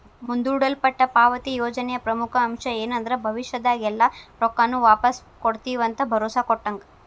ಮುಂದೂಡಲ್ಪಟ್ಟ ಪಾವತಿ ಯೋಜನೆಯ ಪ್ರಮುಖ ಅಂಶ ಏನಂದ್ರ ಭವಿಷ್ಯದಾಗ ಎಲ್ಲಾ ರೊಕ್ಕಾನು ವಾಪಾಸ್ ಕೊಡ್ತಿವಂತ ಭರೋಸಾ ಕೊಟ್ಟಂಗ